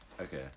Okay